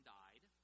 died